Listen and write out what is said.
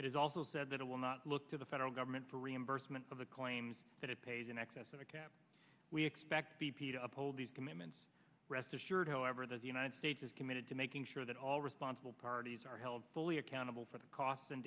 is also said that it will not look to the federal government for reimbursement of the claims that it pays in excess of a cap we expect b p to uphold these commitments rest assured however that the united states is committed to making sure that all responsible parties are held fully accountable for the cost and